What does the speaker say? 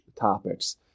topics